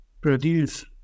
produce